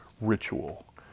ritual